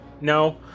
No